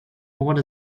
what